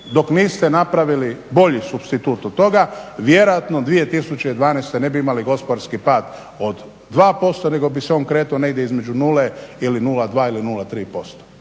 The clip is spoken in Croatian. dok niste napravili bolji supstitut od toga, vjerojatno 2012. ne bi imali gospodarski pad od 2% nego bi se on kretao negdje između 0 ili 0,2